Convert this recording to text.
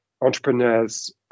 entrepreneurs